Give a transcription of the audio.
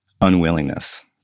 unwillingness